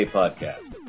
podcast